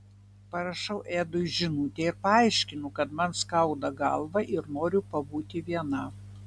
parašau edui žinutę ir paaiškinu kad man skauda galvą ir noriu pabūti viena